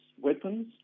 weapons